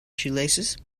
shoelaces